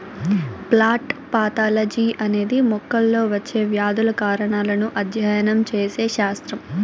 plant pathology అనేది మొక్కల్లో వచ్చే వ్యాధుల కారణాలను అధ్యయనం చేసే శాస్త్రం